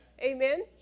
Amen